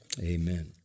amen